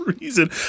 reason